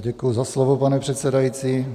Děkuji za slovo, pane předsedající.